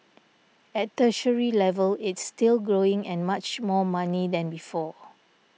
at tertiary level it's still growing and much more money than before